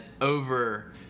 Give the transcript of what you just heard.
over